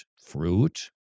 fruit